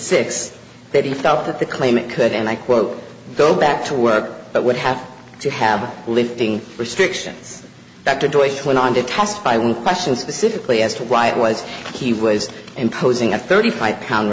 six that he felt that the claimant could and i quote go back to work but would have to have lifting restrictions dr joyce went on to testify one question specifically asked why it was he was imposing a thirty five pound